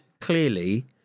clearly